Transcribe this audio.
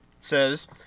says